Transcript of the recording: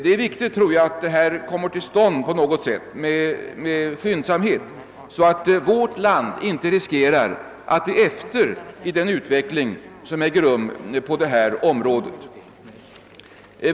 Det är viktigt att en sådan utredning kommer till stånd med skyndsambhet så att vårt land inte riskerar att bli efter i utvecklingen på detta område.